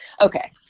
okay